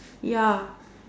ya